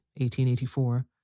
1884